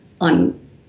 on